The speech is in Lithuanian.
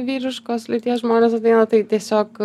vyriškos lyties žmonės ateina tai tiesiog